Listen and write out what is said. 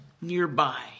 nearby